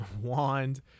wand